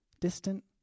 Distant